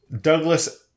Douglas